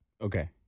Okay